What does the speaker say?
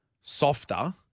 softer